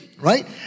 right